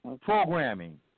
Programming